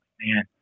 man